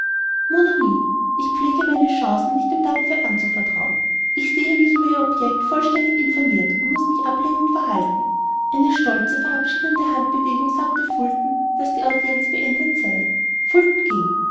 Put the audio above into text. mon ami ich pflege meine chancen nicht dem dampfe anzuvertrauen ich sehe mich über ihr object vollständig informirt und muß mich ablehnend verhalten eine stolze verabschiedende handbewegung sagte fulton daß die audienz beendet sei fulton ging